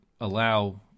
allow